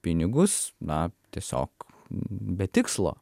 pinigus na tiesiog be tikslo